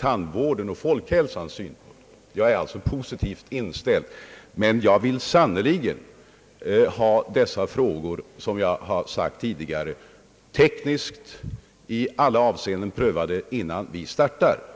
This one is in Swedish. tandvårdsoch folkhälsosynpunkt. Min inställning är sålunda positiv, men jag vill, som jag sagt tidigare, sannerligen ha dessa frågor tekniskt i alla avseenden prövade, innan vi startar.